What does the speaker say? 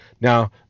Now